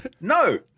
No